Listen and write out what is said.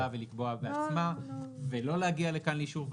ולקבוע בעצמה ולא להגיע לכאן לאישור וועדה.